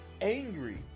angry